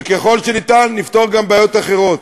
וככל האפשר, נפתור גם בעיות אחרות.